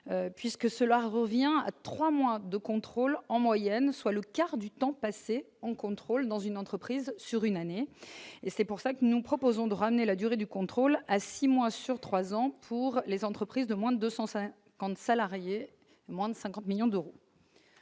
puisque cela revient à 3 mois de contrôle, en moyenne, soit le quart du temps passé en contrôle dans une entreprise sur une année et c'est pour ça que nous proposons de ramener la durée du contrôle à 6 mois sur 3 ans pour les entreprises de moins de 150 camps de salariés, moins de 50 millions d'euros.